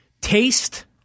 Taste